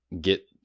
get